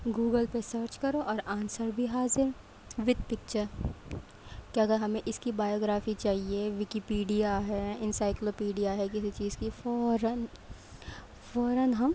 Google پہ search کرو اور آنسر بھی حاضر وتھ پکچر کہ اگر ہمیں اس کی بایوگرافی چاہیے وکیپیڈیا ہے انسائیکلوپیڈیا ہے کسی چیز کی فوراً فوراً ہم